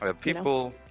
people